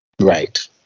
Right